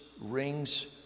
rings